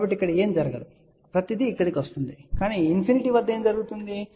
కాబట్టి ఇక్కడ ఏమీ జరగదు ప్రతిదీ ఇక్కడకు వస్తుంది కానీ ఇన్ఫినిటీ వద్ద ఏమి జరుగుతుంది